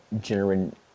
generating